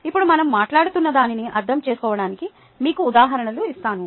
ఇప్పుడు మనం మాట్లాడుతున్నదానిని అర్థం చేసుకోవడానికి మీకు ఉదాహరణలు ఇస్తాను